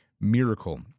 miracle